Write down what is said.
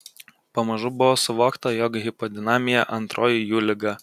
pamažu buvo suvokta jog hipodinamija antroji jų liga